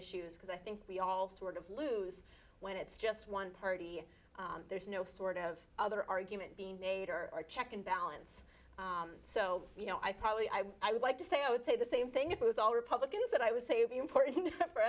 issues because i think we all sort of lose when it's just one party there's no sort of other argument being nader or check and balance so you know i probably i would i would like to say i would say the same thing if it was all republicans that i would say be important for